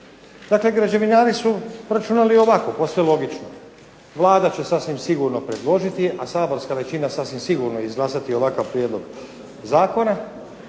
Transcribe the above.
Dakle, građevinari su računali ovako, posve logično, Vlada će sasvim sigurno predložiti, a saborska većina sasvim sigurno izglasati ovakav prijedlog zakona.